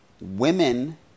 women